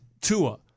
Tua